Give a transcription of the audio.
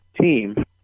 team